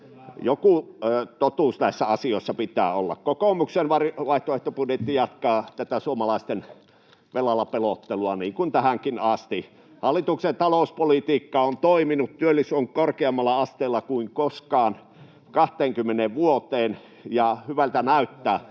Joku totuus näissä asioissa pitää olla. Kokoomuksen vaihtoehtobudjetti jatkaa suomalaisten velalla pelottelua, niin kuin tähänkin asti. Hallituksen talouspolitiikka on toiminut, työllisyys on korkeammalla asteella kuin koskaan 20 vuoteen, ja hyvältä näyttää.